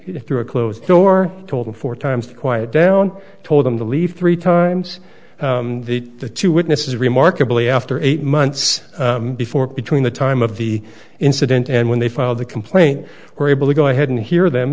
away through a closed door told him four times to quiet down told them to leave three times the two witnesses remarkably after eight months before between the time of the incident and when they filed the complaint were able to go ahead and hear them